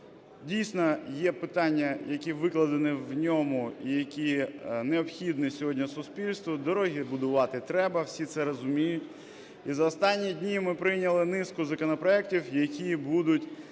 Дійсно є питання, які викладені в ньому і які необхідні сьогодні суспільству - дороги будувати треба, всі це розуміють. І за останні дні ми прийняли низку законопроектів, які будуть